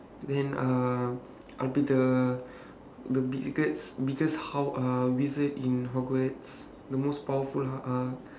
then uh I'll be the biggest biggest hog~ uh wizard in hogwarts the most powerful uh uh